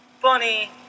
funny